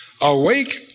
Awake